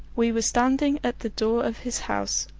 we were standing at the door of his house,